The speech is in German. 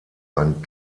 ein